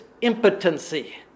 impotency